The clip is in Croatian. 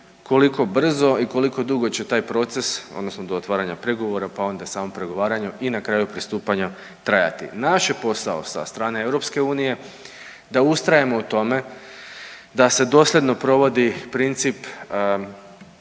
koliko brzo i koliko dugo će taj proces odnosno do otvaranja pregovora pa onda samo pregovaranja i na kraju pristupanja trajati. Naš je posao sa strane EU da ustrajemo u tome da se dosljedno provodi princip